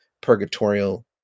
purgatorial